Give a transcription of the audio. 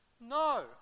No